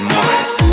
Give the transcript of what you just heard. Morris